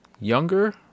younger